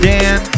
Dan